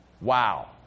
Wow